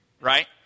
right